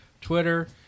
Twitter